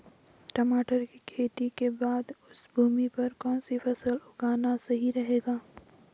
टमाटर की खेती के बाद उस भूमि पर कौन सी फसल उगाना सही रहेगा?